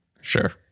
Sure